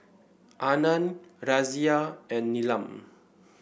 Anand Razia and Neelam